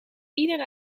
iedere